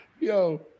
Yo